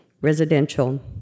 residential